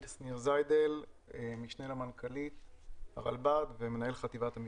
משנה למנכ"לית הרלב"ד ומנהל חטיבת המבצעים.